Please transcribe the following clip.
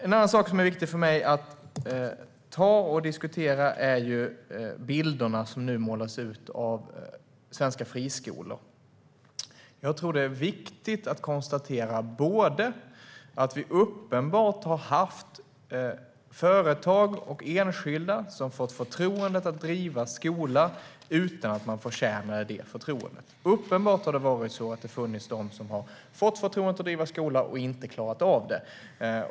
En annan sak som är viktig för mig att diskutera är de bilder som nu målas upp av svenska friskolor. Jag tror att det är viktigt att konstatera att vi uppenbarligen har haft företag och enskilda som fått förtroendet att driva skolor utan att de förtjänat det förtroendet. Uppenbarligen har det funnits de som fått förtroendet att driva skolor och som inte klarat av det.